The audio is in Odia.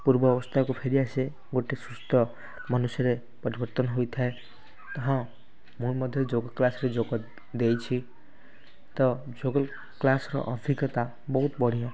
ପୂର୍ବାବସ୍ଥାକୁ ଫେରିଆସେ ଗୋଟେ ସୁସ୍ଥ ମନ୍ୟୁଷ୍ୟରେ ପରିବର୍ତ୍ତନ ହୋଇଥାଏ ହଁ ମୁଁ ମଧ୍ୟ ଯୋଗ କ୍ଲାସ୍ରେ ଯୋଗ ଦେଇଛି ତ ଯୋଗ କ୍ଲାସ୍ର ଅଭିଜ୍ଞତା ବହୁତ ବଢ଼ିଆ